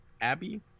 Abby